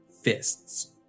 fists